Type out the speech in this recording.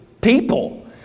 people